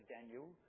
Daniel